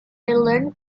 learn